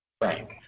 frank